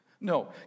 No